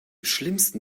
schlimmsten